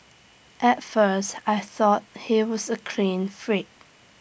at first I thought he was A clean freak